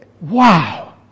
Wow